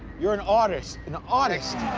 you're an artist. an artist!